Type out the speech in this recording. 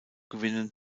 gewinnen